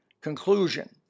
Conclusion